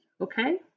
okay